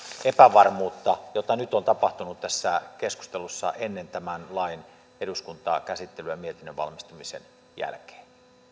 epävarmuutta jota nyt on tapahtunut tässä keskustelussa ennen tämän lain eduskuntakäsittelyä ja mietinnön valmistumisen jälkeen